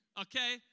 okay